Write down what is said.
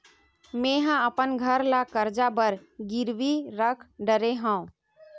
मेहा अपन घर ला कर्जा बर गिरवी रख डरे हव